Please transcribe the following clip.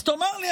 אז תאמר לי,